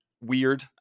weird